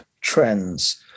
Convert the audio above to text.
trends